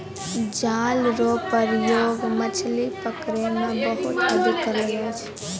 जाल रो प्रयोग मछली पकड़ै मे बहुते अधिक करलो जाय छै